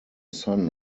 son